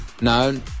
No